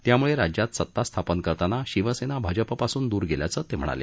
त्यामुळे राज्यात सत्ता स्थापन करताना शिवसेना भाजपपासून दूर गेल्याचं ते म्हणाले